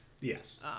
yes